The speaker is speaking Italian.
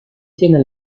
tiene